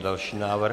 Další návrh.